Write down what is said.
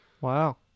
Wow